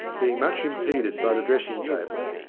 being much impeded by the dressing table.